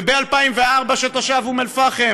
וב-2004 תושב אום אלפחם